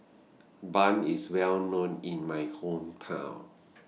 Bun IS Well known in My Hometown